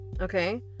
okay